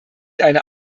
eine